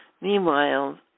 Meanwhile